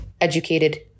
educated